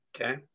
okay